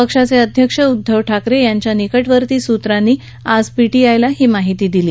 पक्षाचे अध्यक्ष उद्दव ठाकरे यांच्या निकटवर्ती सूत्रांनी आज पीटीआयला ही माहिती दिली